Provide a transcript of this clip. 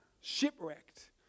Shipwrecked